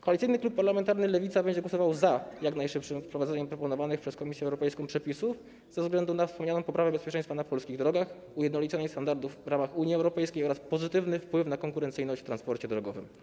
Koalicyjny Klub Parlamentarny Lewicy będzie głosował za jak najszybszym wprowadzeniem proponowanych przez Komisję Europejską przepisów ze względu na wspomnianą poprawę bezpieczeństwa na polskich drogach, ujednolicenie standardów w prawach Unii Europejskiej oraz pozytywny wpływ na konkurencyjność w transporcie drogowym.